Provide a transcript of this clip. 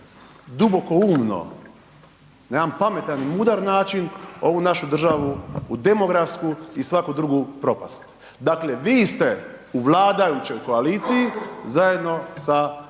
dubokoumno na jedan pametan i mudar način ovu našu državu u demografsku i svaku drugu propast. Dakle, vi ste u vladajućoj koaliciji zajedno sa